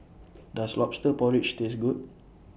Does Lobster Porridge Taste Good